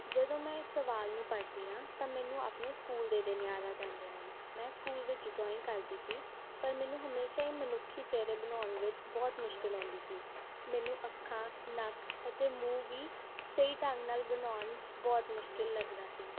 ਜਦੋਂ ਮੈਂ ਇਹ ਸਵਾਲ ਨੂੰ ਪੜ੍ਹਦੀ ਹਾਂ ਤਾਂ ਮੈਨੂੰ ਆਪਣੇ ਸਕੂਲ ਦੇ ਦਿਨ ਯਾਦ ਆ ਜਾਂਦੇ ਹਨ ਮੈਂ ਸਕੂਲ ਵਿੱਚ ਡਰੋਇੰਗ ਕਰਦੀ ਸੀ ਪਰ ਮੈਨੂੰ ਹਮੇਸ਼ਾ ਹੀ ਮਨੁੱਖੀ ਚਿਹਰੇ ਬਣਾਉਣ ਵਿੱਚ ਬਹੁਤ ਮੁਸ਼ਕਿਲ ਆਉਂਦੀ ਸੀ ਮੈਨੂੰ ਅੱਖਾਂ ਨੱਕ ਅਤੇ ਮੂੰਹ ਵੀ ਸਹੀ ਢੰਗ ਨਾਲ ਬਣਾਉਣ 'ਚ ਬਹੁਤ ਮੁਸ਼ਕਿਲ ਲੱਗਦਾ ਸੀ